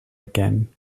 again